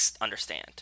understand